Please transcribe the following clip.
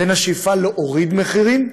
בין השאיפה להוריד מחירים,